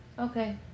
Okay